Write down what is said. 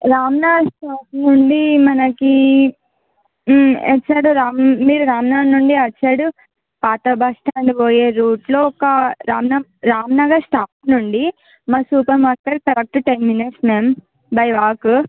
Ramnagar stop నుండి మనకి ఎటు సైడ్ రామ్ మీరు రామ్నగర్ నుండి అటు సైడ్ పాత బస్ స్టాండ్ పోయే రూట్లో ఒక రామ్ రామ్నగర్ స్టాప్ నుండి మా super market correct ten minutes ma'am by walk